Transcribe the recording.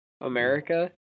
America